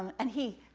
um and he